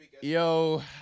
Yo